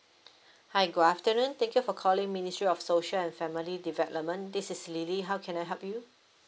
hi good afternoon thank you for calling ministry of social and family development this is lily how can I help you